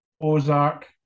ozark